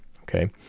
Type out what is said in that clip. okay